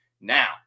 now